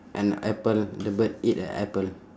and apple the bird eat an apple